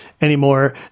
anymore